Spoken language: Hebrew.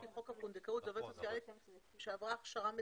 לפי חוק הפונדקאות זו עובדת סוציאלית שעברה הכשרה מסוימת.